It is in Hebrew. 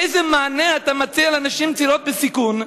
איזה מענה אתה מציע לנשים צעירות בסיכון,